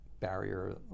barrier